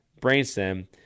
brainstem